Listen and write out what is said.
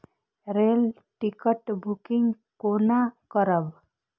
Rail ticket booking कोना करब?